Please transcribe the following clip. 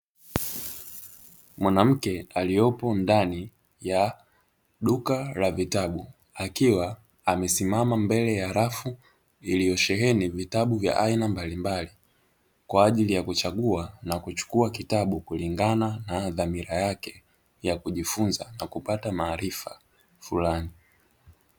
Mwanamke aliopo ndani ya duka la vitabu, akiwa amesimama mbele ya rafu iliyosheheni vitabu vya aina mbalimbali, kwa ajili ya kuchagua na kuchukua kitabu kulingana na dhamira yake ya kujifunza na kupata maarifa fulani.